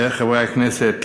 חברי הכנסת,